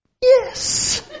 Yes